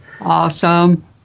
Awesome